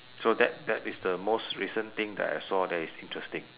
so that that is the most recent thing that I saw that is interesting